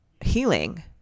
healing